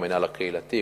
המינהל הקהילתי,